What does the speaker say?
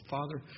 Father